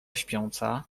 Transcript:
śpiąca